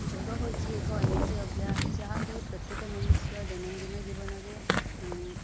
ଯୋଗ ହଉଛି ଏକ ଏମିତି ଅଭ୍ୟାସ ଯାହାକି ପ୍ରତ୍ୟେକ ମନୁଷ୍ୟ ଦୈନନ୍ଦିନ ଜୀବନରେ